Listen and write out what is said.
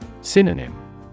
Synonym